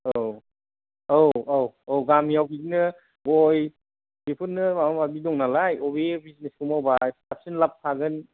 औ औ औ औ गामिआव बिदिनो गय बेफोरनो माबा माबि दं नालाय अबे बिजिनेसखौ मावबा साबसिन लाब थागोन